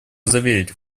заверить